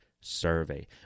survey